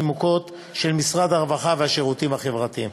מוכות של משרד הרווחה והשירותים החברתיים.